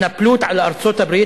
מההתנפלות על ארצות-הברית,